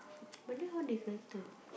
but then how they censor